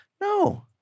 No